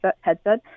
headset